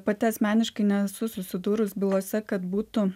pati asmeniškai nesu susidūrus bylose kad būtų